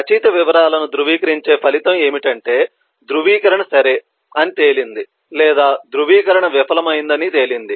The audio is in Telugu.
రచయిత వివరాలను ధృవీకరించే ఫలితం ఏమిటంటే ధృవీకరణ సరే అని తేలింది లేదా ధృవీకరణ విఫలమైందని తేలింది